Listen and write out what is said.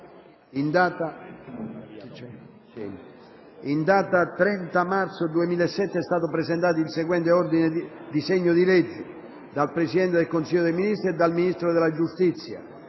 In data 30 marzo 2007 è stato presentato il seguente disegno di legge: *dal Presidente del Consiglio dei ministri e dal Ministro della giustizia:*